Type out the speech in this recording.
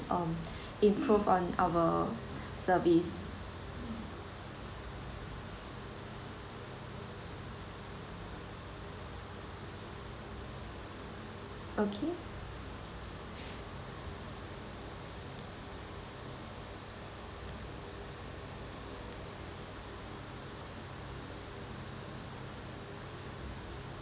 um improve on our service okay